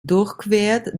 durchquert